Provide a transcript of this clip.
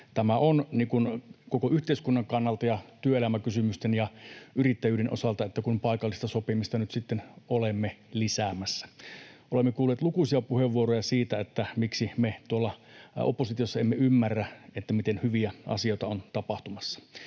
tämä on koko yhteiskunnan kannalta ja työelämäkysymysten ja yrittäjyyden osalta, kun paikallista sopimista nyt sitten olemme lisäämässä. Olemme kuulleet lukuisia puheenvuoroja siitä, miksi me tuolla oppositiossa emme ymmärrä, miten hyviä asioita on tapahtumassa.